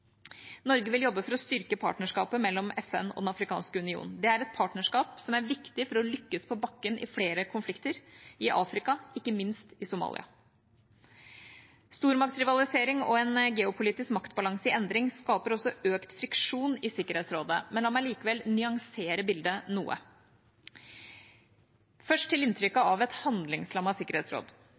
Norge vil jobbe for å styrke partnerskapet mellom FN og Den afrikanske union. Det er et partnerskap som er viktig for å lykkes på bakken i flere konflikter i Afrika, ikke minst i Somalia. Stormaktsrivalisering og en geopolitisk maktbalanse i endring skaper også økt friksjon i Sikkerhetsrådet, men la meg likevel nyansere bildet noe. Først til inntrykket av et handlingslammet sikkerhetsråd: